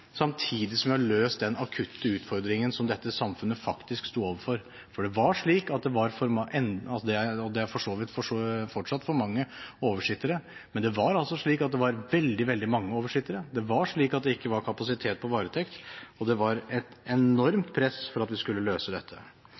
samtidig som vi har løst den akutte utfordringen som dette samfunnet faktisk sto overfor. Det er for så vidt fortsatt for mange oversittere, men det var slik at det var veldig, veldig mange oversittere. Det var slik at det ikke var kapasitet på varetekt, og det var et enormt press for at vi skulle løse dette.